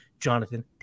Jonathan